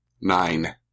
Nine